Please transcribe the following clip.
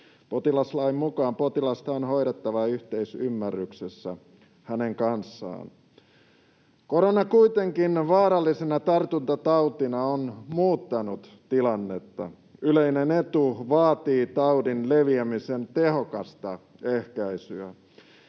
Potilaslain mukaan potilasta on hoidettava yhteisymmärryksessä hänen kanssaan. Korona kuitenkin vaarallisena tartuntatautina on muuttanut tilannetta. Yleinen etu vaatii taudin leviämisen tehokasta ehkäisyä.